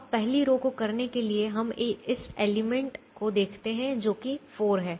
अब पहली रो को करने के लिए हम इस एलिमेंट को देखते हैं जो कि 4 है